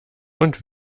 und